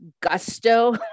gusto